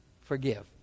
forgive